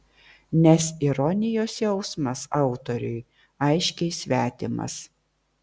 nes ironijos jausmas autoriui aiškiai svetimas